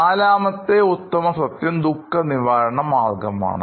നാലാമത്തെ ഉത്തമ സത്യം ദുഃഖ നിവാരണ മാർഗ്ഗമാണ്